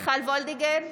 מיכל וולדיגר,